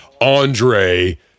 Andre